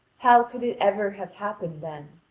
how could it ever have happened then?